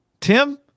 Tim